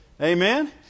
Amen